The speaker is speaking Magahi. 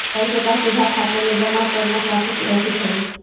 पैसों का सीधा खाते में जमा करना काफी सुरक्षित हई